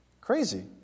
Crazy